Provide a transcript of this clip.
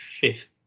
fifth